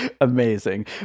Amazing